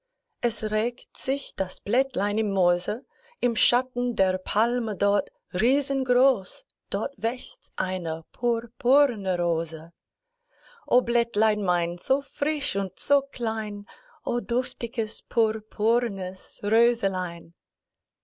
es regt sich das blättlein im moose im schatten der palme dort riesengroß dort wächst eine purpurne rose o blättlein mein so frisch und so klein o duftiges purpurnes röselein